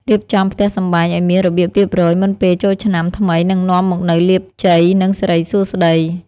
រៀបចំផ្ទះសម្បែងឱ្យមានរបៀបរៀបរយមុនពេលចូលឆ្នាំថ្មីនឹងនាំមកនូវលាភជ័យ និងសិរីសួស្តី។